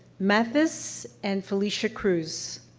mathis and felicia cruz.